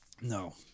No